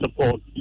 support